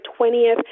20th